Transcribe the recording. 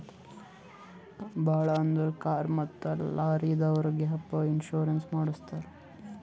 ಭಾಳ್ ಅಂದುರ್ ಕಾರ್ ಮತ್ತ ಲಾರಿದವ್ರೆ ಗ್ಯಾಪ್ ಇನ್ಸೂರೆನ್ಸ್ ಮಾಡುಸತ್ತಾರ್